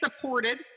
supported